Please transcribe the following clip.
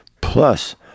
plus